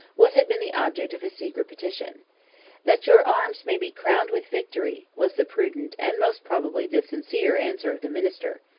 what had been the object of his secret petition that your arms may be crowned with victory, was the prudent, and most probably the sincere, answer of the minister.